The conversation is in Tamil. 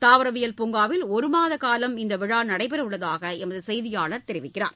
தாவரவியல் பூங்காவில் ஒரு மாத காலம் இந்த விழா நடைபெற உள்ளதாக எமது செய்தியாளா் தெரிவிக்கிறார்